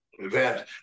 event